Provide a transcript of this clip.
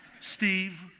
Steve